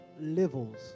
levels